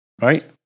Right